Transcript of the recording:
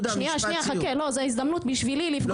אני מסכימה עם ראש הרשות